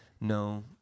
No